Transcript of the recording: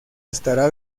estará